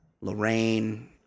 Lorraine